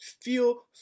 feel